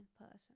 person